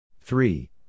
three